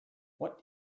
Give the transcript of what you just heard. what